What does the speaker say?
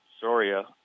Soria